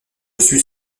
suis